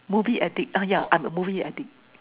movie addict ah yeah I'm a movie addict